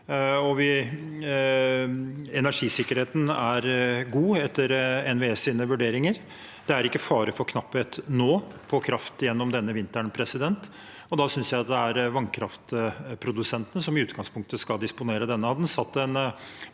Energisikkerheten er god, etter NVEs vurderinger. Nå er det ikke fare for knapphet på kraft gjennom denne vinteren. Da synes jeg det er vannkraftprodusentene som i utgangspunktet skal disponere dette. Hadde